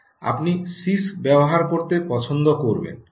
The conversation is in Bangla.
আপনি সিআইএসসি ব্যবহার করতে পছন্দ করবেন